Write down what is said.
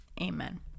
Amen